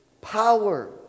power